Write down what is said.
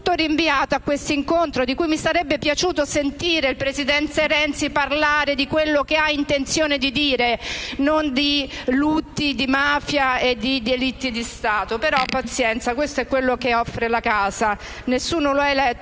tutto rinviato a questo incontro, e mi sarebbe piaciuto sentire il presidente Renzi parlare di quello che ha intenzione di dire e non di lutti, mafia e delitti di Stato. Però, pazienza, questo è quello che offre la casa: nessuno lo ha eletto